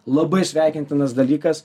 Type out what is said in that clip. labai sveikintinas dalykas